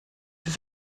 ist